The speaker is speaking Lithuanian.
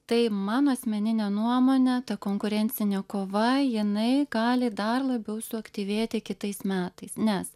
tai mano asmenine nuomone ta konkurencinė kova jinai gali dar labiau suaktyvėti kitais metais nes